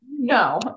No